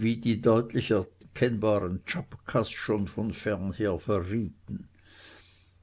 wie die deutlich erkennbaren czapkas schon von fernher verrieten